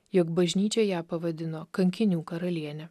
jog bažnyčia ją pavadino kankinių karaliene